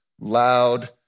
loud